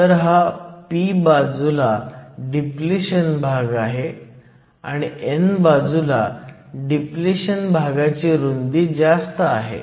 तर हा p बाजूला डिप्लिशन भाग आहे आणि n बाजूला डिप्लिशन भागाची रुंदी जास्त आहे